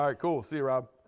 um cool. see you, rob.